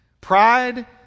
pride